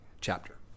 chapter